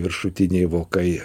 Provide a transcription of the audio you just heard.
viršutiniai vokai